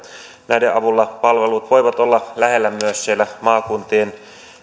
näiden avulla palvelut voivat olla lähellä myös siellä maakuntien